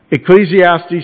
Ecclesiastes